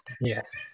Yes